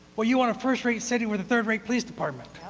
well, you want a first-rate city with a third-rate police department.